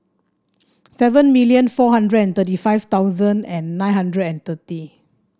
seven million four hundred thirty five thousand and nine hundred thirty